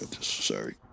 sorry